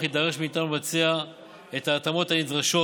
יידרש מאיתנו לבצע את ההתאמות הנדרשות